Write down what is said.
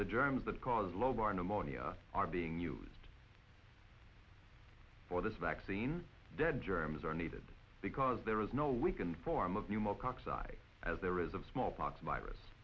the germs that cause lobar pneumonia are being used for this vaccine dead germs are needed because there is no we can form of pneumococcal side as there is a smallpox virus